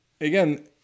again